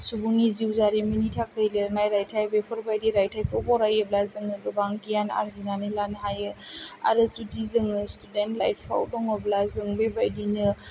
सुबुंनि जिउ जारिमिननि थाखाय लिरनाय रायथाइ बेफोर बाइदि रायथाइखौ फरायोबा जोङो गोबां गियान आरजिनानै लानो हायो आरो जुदि जोङो स्टूडेन्ट लाइफयाव दङब्ला जों बे बाइदिनो